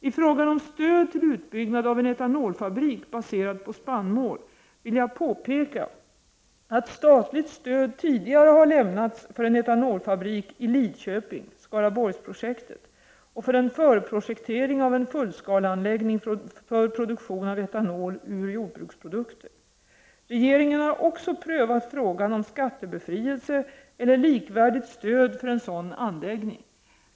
I frågan om stöd till uppbyggnad av en etanolfabrik baserad på spannmål vill jag påpeka att statligt stöd tidigare har lämnats för en etanolfabrik i Lidköping och för en förprojektering av en fullskaleanläggning för produktion av etanol ur jordbruksprodukter. Regeringen har också prövat frågan om skattebefrielse eller likvärdigt stöd för en sådan anläggning.